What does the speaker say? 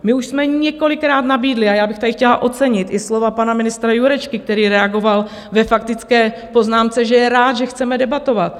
My už jsme několikrát nabídli, a já bych tady chtěla ocenit i slova pana ministra Jurečky, který reagoval ve faktické poznámce, že je rád, že chceme debatovat.